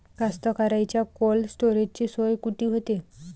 कास्तकाराइच्या कोल्ड स्टोरेजची सोय कुटी होते?